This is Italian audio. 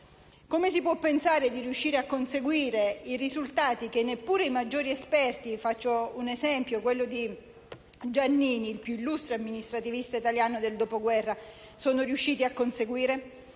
Come si può pensare di riuscire a conseguire i risultati che neppure i maggiori esperti - ad esempio Massimo Severo Giannini, il più illustre amministrativista italiano del dopoguerra - sono riusciti a conseguire?